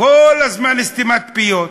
כל הזמן סתימת פיות,